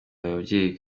ababyeyi